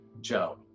Joe